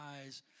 eyes